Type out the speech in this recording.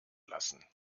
lassen